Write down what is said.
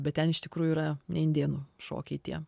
bet ten iš tikrųjų yra ne indėnų šokiai tie